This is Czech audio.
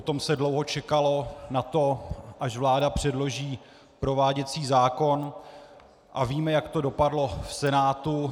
Potom se dlouho čekalo na to, až vláda předloží prováděcí zákon, a víme, jak to dopadlo v Senátu.